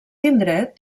indret